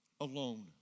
alone